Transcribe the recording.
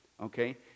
Okay